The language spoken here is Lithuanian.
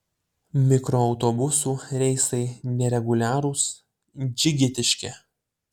mikroautobusų reisai nereguliarūs džigitiški